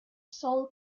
sol